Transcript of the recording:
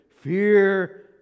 Fear